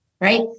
Right